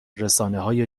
رسانههای